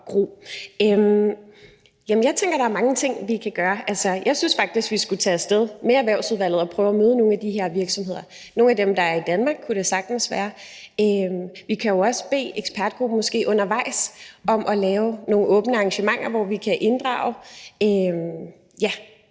Jeg tænker, at der er mange ting, vi kan gøre. Altså, jeg synes faktisk, vi skulle tage af sted med Erhvervsudvalget og prøve at møde nogle af de her virksomheder. Det kunne sagtens være nogle af dem, der er i Danmark. Vi kan måske også bede ekspertgruppen om undervejs at lave nogle åbne arrangementer, hvor vi kan inddrage